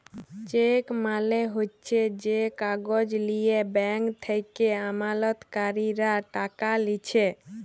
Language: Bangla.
চেক মালে হচ্যে যে কাগজ লিয়ে ব্যাঙ্ক থেক্যে আমালতকারীরা টাকা লিছে